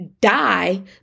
die